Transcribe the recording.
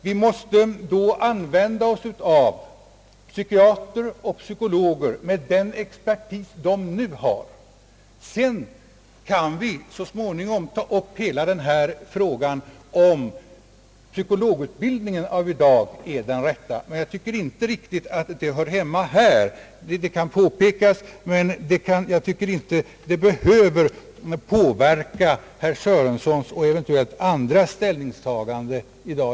Vi måste då använda oss av psykiatrer och psy kologer med den expertis de nu har. Sedan kan vi så småningom ta upp hela frågan om psykologutbildningen är den rätta. Men jag tycker inte att den hör riktigt hemma i debatten i dag. Problemet kan påpekas, men jag anser inte att det behöver påverka herr Sörensons och eventuellt andras ställningstagande i dag.